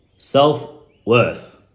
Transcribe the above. Self-worth